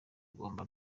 ugomba